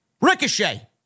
Ricochet